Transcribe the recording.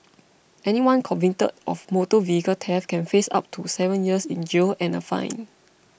anyone convicted of motor vehicle theft can face up to seven years in jail and a fine